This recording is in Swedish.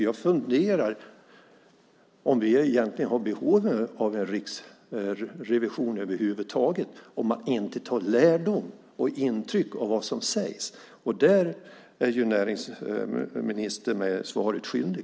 Jag funderar om vi egentligen har behov av en riksrevision över huvud taget om man inte tar lärdom och intryck av vad som sägs. Där är näringsministern mig svaret skyldig.